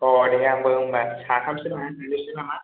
अ औरै आंबो होनबा साथामसो लानानै थांदेरनोसै नामा